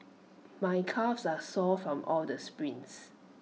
my calves are sore from all the sprints